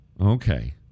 Okay